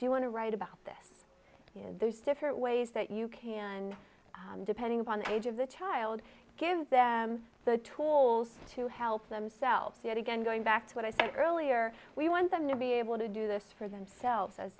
do you want to write about this you know there's different ways that you can depending upon the age of the child gives them the tolls to help themselves yet again going back to what i said earlier we want them to be able to do this for themselves as